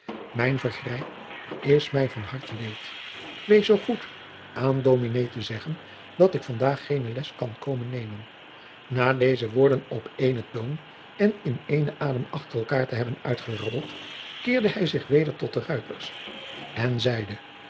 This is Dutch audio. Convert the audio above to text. mijn vergrijp is mij van harte leed wees zoo goed aan dominé te zeggen dat ik vandaag geene les kan komen nemen na deze woorden op éénen toon en in éénen adem achter elkaêr jacob van lennep de pleegzoon te hebben uitgerabbeld keerde hij zich weder tot de ruiters en zeide